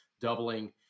doubling